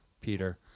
Peter